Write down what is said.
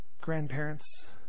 grandparents